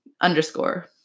Underscore